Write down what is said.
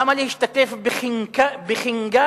למה להשתתף בחנגת